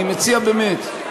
אני מציע באמת,